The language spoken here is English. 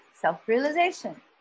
self-realization